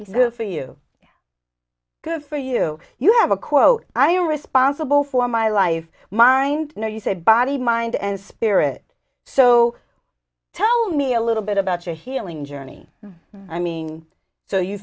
is good for you good for you you have a quote i am responsible for my life mind you know you said body mind and spirit so tell me a little bit about your healing journey i mean so you